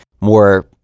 more